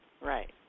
Right